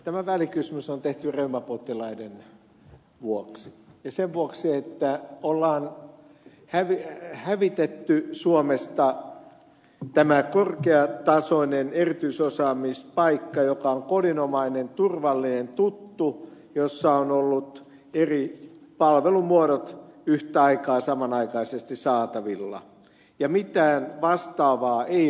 tämä välikysymys on tehty reumapotilaiden vuoksi ja sen vuoksi että ollaan hävitetty suomesta tämä korkeatasoinen erityisosaamispaikka joka on kodinomainen turvallinen tuttu jossa on ollut eri palvelumuodot samanaikaisesti saatavilla ja mitään vastaavaa ei ole olemassa